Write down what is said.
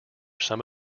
some